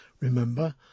remember